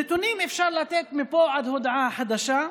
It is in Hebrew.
נתונים אפשר לתת מפה עד הודעה חדשה.